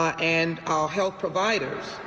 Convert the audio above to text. and all health providers.